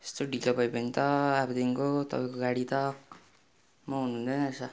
यस्तो ढिलो भयो भने त अबदेखिको तपाईँको गाडी त मगाउनु हुँदैनरहेछ